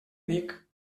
vic